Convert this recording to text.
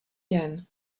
den